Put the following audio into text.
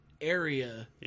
area